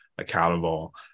accountable